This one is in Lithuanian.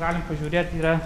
galit pažiūrėt yra